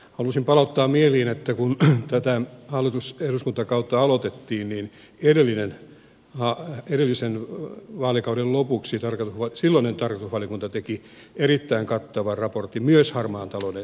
halusin palauttaa mieliin että kun tätä eduskuntakautta aloitettiin niin edellisen vaalikauden lopuksi silloinen tarkastusvaliokunta teki erittäin kattavan raportin myös harmaan talouden torjunnasta